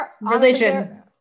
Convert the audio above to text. religion